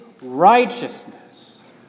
righteousness